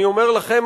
אני אומר לכם,